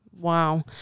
wow